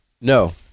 No